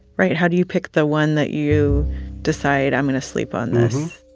right. how do you pick the one that you decide, i'm going to sleep on this?